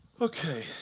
Okay